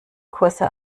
kurse